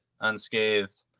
unscathed